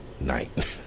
night